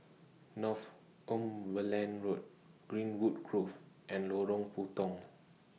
Northumberland Road Greenwood Grove and Lorong Puntong